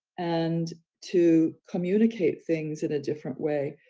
and to communicate things in a different way,